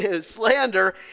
Slander